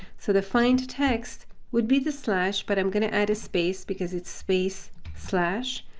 so the find text would be the slash, but i'm going to add a space because it's space slash.